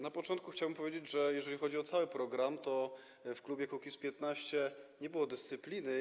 Na początku chciałbym powiedzieć, że jeżeli chodzi o cały program, to w klubie Kukiz’15 nie było dyscypliny.